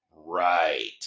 right